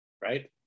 right